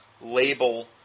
label